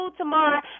tomorrow